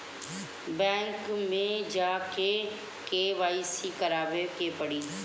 Bank मे जा के के.वाइ.सी करबाबे के पड़ी?